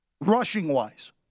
Rushing-wise